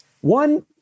One